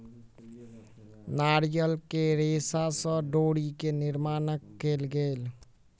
नारियल के रेशा से डोरी के निर्माण कयल गेल